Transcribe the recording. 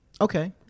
Okay